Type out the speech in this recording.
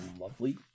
lovely